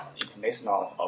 international